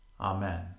Amen